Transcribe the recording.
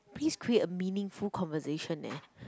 please create a meaningful conversation eh